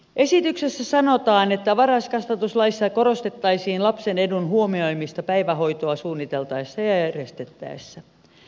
esityksessä sanotaan että varhaiskasvatuslaissa korostettaisiin lapsen edun huomioimista päivähoitoa suunniteltaessa ja järjestettäessä